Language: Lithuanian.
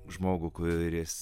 žmogų kuris